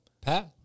Pat